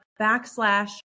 backslash